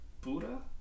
Buddha